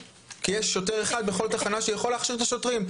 כי יש שוטר אחד בכל תחנה שיכול להכשיר את השוטרים.